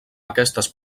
aquestes